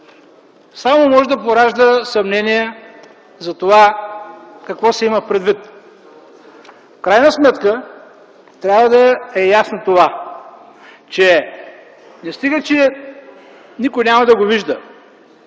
само може да поражда съмнения за това какво се има предвид. В крайна сметка трябва да е ясно това, че никой няма да го вижда,